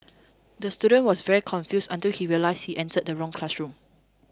the student was very confused until he realised he entered the wrong classroom